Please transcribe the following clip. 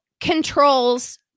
controls